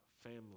family